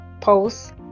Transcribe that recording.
posts